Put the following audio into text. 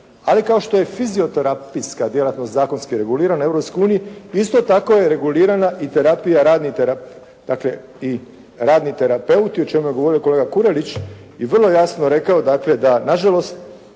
Ali kao što je fizioterapijska djelatnost zakonski regulirana u Europskoj uniji isto tako je regulirana i terapija, radni, dakle i radni terapeuti o čemu je govorio kolega Kurelić i vrlo jasno rekao dakle da nažalost